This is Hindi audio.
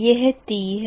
यह t है